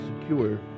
secure